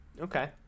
okay